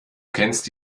kennst